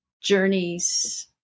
journeys